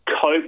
cope